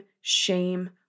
shame